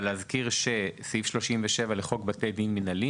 אבל אני מזכיר שסעיף 37 לחוק בתי דין מינהליים